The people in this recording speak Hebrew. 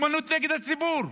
נקמנות נגד הציבור.